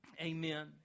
Amen